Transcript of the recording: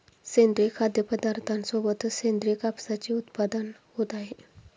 सेंद्रिय खाद्यपदार्थांसोबतच सेंद्रिय कापसाचेही उत्पादन होत आहे